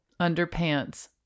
underpants